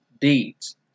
deeds